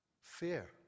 Fear